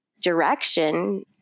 direction